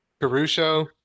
Caruso